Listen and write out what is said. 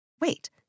Wait